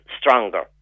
stronger